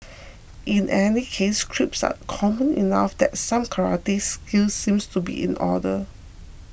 in any case creeps are common enough that some karate skills seem to be in order